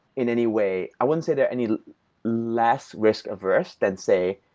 in any way i wouldn't say they're any less risk averse than, say,